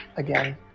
Again